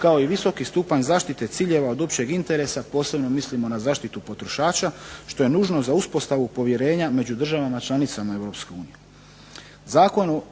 kao i visoki stupanj zaštite ciljeva od općeg interesa, posebno mislimo na zaštitu potrošača što je nužno za uspostavu povjerenja među državama članicama